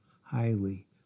highly